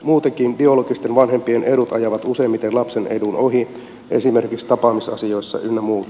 muutenkin biologisten vanhempien edut ajavat useimmiten lapsen edun ohi esimerkiksi tapaamisasioissa ynnä muuta